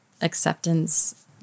acceptance